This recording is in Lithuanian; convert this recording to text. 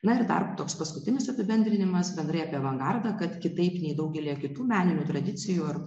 na ir dar toks paskutinis apibendrinimas bendrai apie avangardą kad kitaip nei daugelyje kitų meninių tradicijų ar